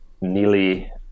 nearly